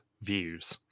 Views